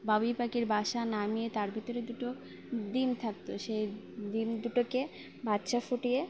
বাবুই পাখির বাসা নামিয়ে তার ভিতরে দুটো ডিম থাকতো সেই ডিম দুটোকে বাচ্চা ফুটিয়ে